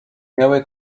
miały